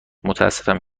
متأسفم